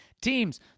teams